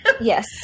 yes